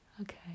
Okay